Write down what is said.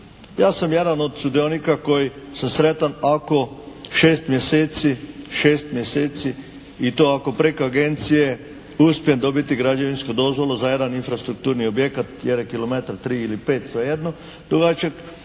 Ja sam jedan od sudionika koji sam sretan ako 6 mjeseci i to ako preko agencije uspijem dobiti građevinsku dozvolu za jedan infrastrukturni objekat jer je kilometar, tri ili pet, svejedno dugačak.